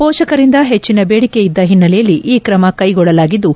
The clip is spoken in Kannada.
ಪೋಷಕರಿಂದ ಹೆಚ್ಚಿನ ಬೇಡಿಕೆ ಇದ್ದ ಹಿನ್ನೆಲೆಯಲ್ಲಿ ಈ ಕ್ರಮ ಕೈಗೊಳ್ಳಲಾಗಿದ್ದು